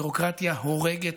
ביורוקרטיה הורגת,